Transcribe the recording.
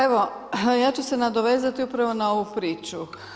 Evo, ja ću se nadovezati upravo na ovu priču.